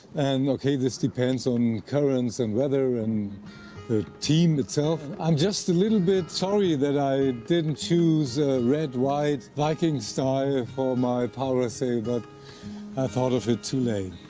and ok, this depends on currents and weather and the team itself. and i am just a little bit sorry, that i didn't choose red-white viking style for my parasail, but i thought of it too late.